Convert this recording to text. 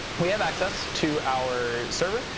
we have access to our server.